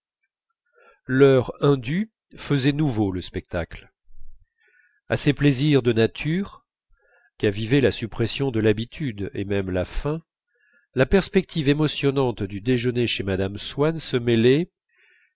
l'heure indue faisait nouveau le spectacle à ces plaisirs de nature qu'avivait la suppression de l'habitude et même la faim la perspective émotionnante de déjeuner chez mme swann